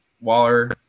Waller